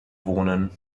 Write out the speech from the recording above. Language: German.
wohnen